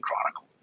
chronicle